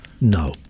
No